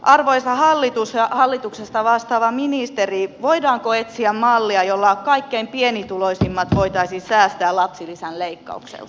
arvoisa hallitus ja vastaava ministeri voidaanko etsiä mallia jolla kaikkein pienituloisimmat voitaisiin säästää lapsilisän leikkaukselta